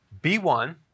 B1